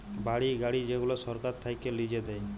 বাড়ি, গাড়ি যেগুলা সরকার থাক্যে লিজে দেয়